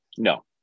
no